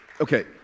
okay